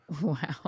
Wow